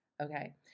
Okay